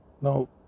Now